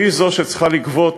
והיא שצריכה לגבות